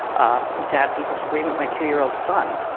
to have people scream at my two-year-old son,